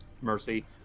Mercy